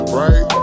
right